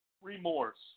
remorse